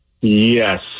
Yes